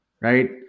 right